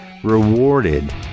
rewarded